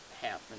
happen